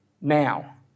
Now